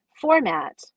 format